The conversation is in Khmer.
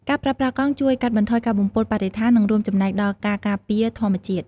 ការប្រើប្រាស់កង់ជួយកាត់បន្ថយការបំពុលបរិស្ថាននិងរួមចំណែកដល់ការការពារធម្មជាតិ។